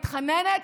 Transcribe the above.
מתחננת,